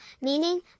meaning